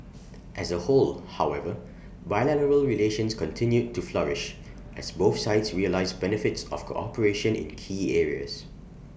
as A whole however bilateral relations continued to flourish as both sides realise benefits of cooperation in key areas